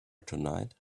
tonight